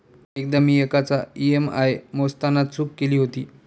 एकदा मी एकाचा ई.एम.आय मोजताना चूक केली होती